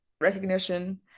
recognition